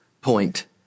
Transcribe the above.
point